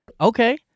Okay